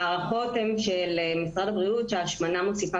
ההערכות של משרד הבריאות הן שהשמנה מוסיפה